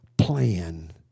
Plan